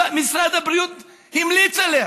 שמשרד הבריאות המליץ עליה?